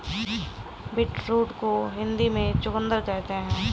beetroot को हिंदी में चुकंदर कहते हैं